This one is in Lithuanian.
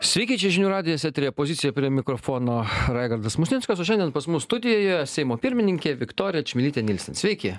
sveiki čia žinių radijas eteryje pozicija prie mikrofono raigardas musnickas o šiandien pas mus studijoje seimo pirmininkė viktorija čmilytė nielsen